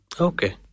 Okay